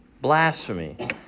Blasphemy